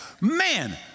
man